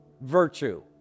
Virtue